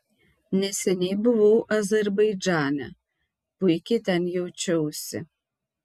neseniai buvau azerbaidžane puikiai ten jaučiausi